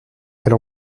elle